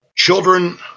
Children